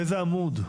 באיזה עמוד?